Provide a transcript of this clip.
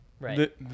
Right